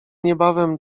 niebawem